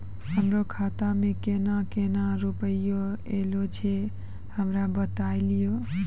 हमरो खाता मे केना केना रुपैया ऐलो छै? हमरा बताय लियै?